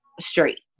straight